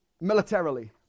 militarily